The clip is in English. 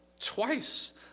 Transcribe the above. twice